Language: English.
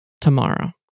tomorrow